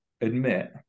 Admit